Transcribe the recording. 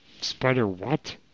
Spider-What